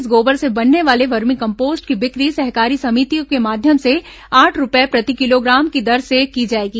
इस गोबर से बनने वाले वर्मी कम्पोस्ट की बिक्री सहकारी समितियों के माध्यम से आठ रूपये प्रति किलोग्राम की दर से की जाएगी